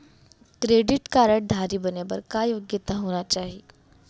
Credit card धारी बने बर का का योग्यता होना चाही?